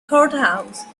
courthouse